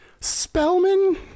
Spellman